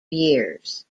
years